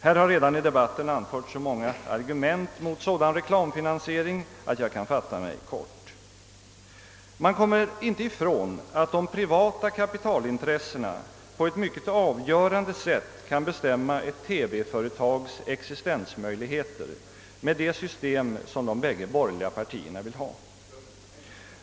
Här har redan i debatten anförts så många argument mot sådan reklamfinansiering att jag kan fatta mig kort. Man kommer inte ifrån att de privata kapitalintressena med det system som de bägge borgerliga partierna vill ha mycket lätt kan bestämma ett TV företags existensmöjligheter.